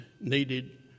needed